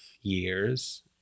years